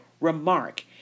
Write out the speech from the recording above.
remark